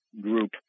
group